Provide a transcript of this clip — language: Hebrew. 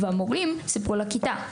והמורים סיפרו לכיתה,